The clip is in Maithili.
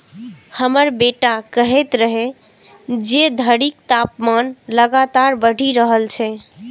हमर बेटा कहैत रहै जे धरतीक तापमान लगातार बढ़ि रहल छै